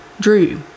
drew